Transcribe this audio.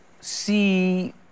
see